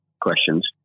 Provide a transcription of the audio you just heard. questions